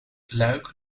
luik